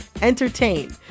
entertain